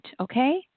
Okay